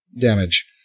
damage